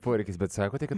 poreikis bet sakote kad